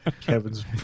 Kevin's